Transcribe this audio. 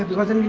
was a